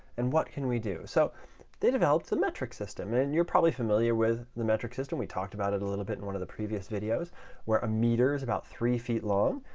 and what can we do? so they developed the metric system. and you're probably familiar with the metric system. we talked about it a little bit in one of the previous videos where a meter is about three feet long.